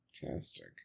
Fantastic